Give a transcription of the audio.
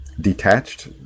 detached